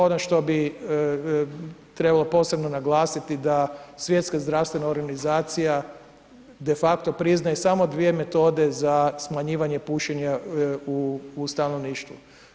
Ono što bi trebalo posebno naglasiti da Svjetska zdravstvena organizacija de facto priznaje samo dvije metode za smanjivanje pušenja u stanovništvu.